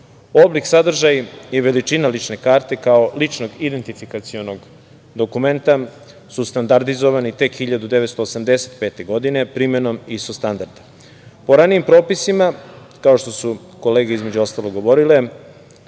sadržaj i veličina lične karte, kao ličnog identifikacionog dokumenta su standardizovani tek 1985. godine, primenom ISO standarda. Po ranijim propisima, kao što su kolege između ostalog govorile,